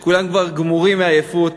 כשכולם כבר גמורים מעייפות,